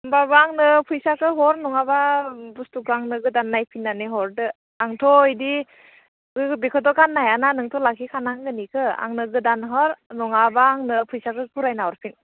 होमबाबो आंनो फैसाखौ हर नङाबा बुस्थुखौ आंनो गोदान नायफिननानै हरदो आंथ' बिदि बेखौथ' गाननो हाया ना नोंथ' लाखिखानांगोन बेेखो आंनो गोदान हर नङाबा आंनो फैसाखो गुरायना हरफिन